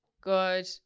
Good